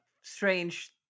strange